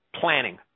planning